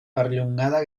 perllongada